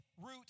root